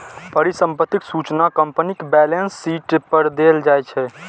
परिसंपत्तिक सूचना कंपनीक बैलेंस शीट पर देल जाइ छै